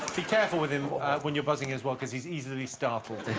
be careful with him when you're buzzing is well cuz he's easily startled